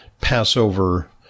Passover